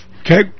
okay